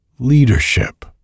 leadership